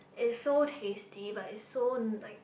is so tasty but is so like